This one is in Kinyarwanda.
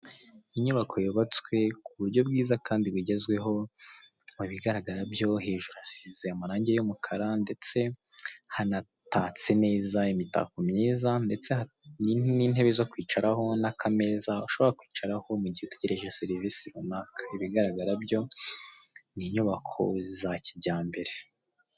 Inyubako yubatswe ku buryo bwiza kandi bugezweho, mu bigaraga byo hejuru hasize amarange y'umukara ndetse hanatatse neza, imitako myiza ndetse n'intebe zo kwicaraho n'akameza ushora kwicaraho mu gihe utegereje serivisi runaka, ibigaragara byo ni inyubako za kijyambere.